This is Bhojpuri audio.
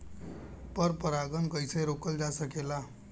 पर परागन कइसे रोकल जा सकेला?